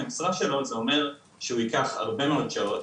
המשרה שלו זה אומר שהוא ייקח הרבה מאוד שעות,